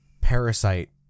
parasite